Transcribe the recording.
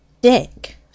Dick